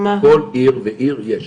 יש בכל עיר ועיר יש.